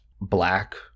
black